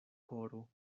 koro